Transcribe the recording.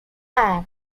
air